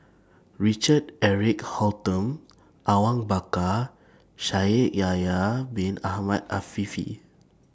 Richard Eric Holttum Awang Bakar Shaikh Yahya Bin Ahmed Afifi